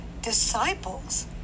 disciples